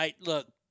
Look